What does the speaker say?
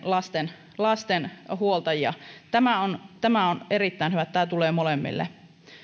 lasten lasten huoltajia on erittäin hyvä että tämä tulee molemmille